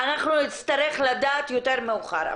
אנחנו אני נצטרך לדעת יותר מאוחר.